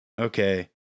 Okay